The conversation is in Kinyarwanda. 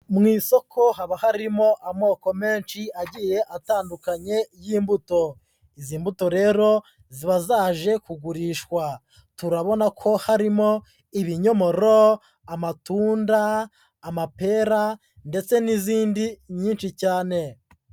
Mu isoko haba harimo amoko menshi agiye atandukanye y'imbuto. Izi mbuto rero ziba zaje kugurishwa. Turabona ko harimo ibinyomoro, amatunda, amapera ndetse n'izindi nyinshi cyane.